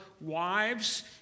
wives